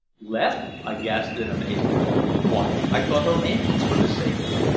left! i gasped in amazement why, i thought her engines were disabled!